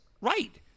Right